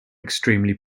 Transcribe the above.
extremely